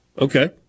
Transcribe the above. Okay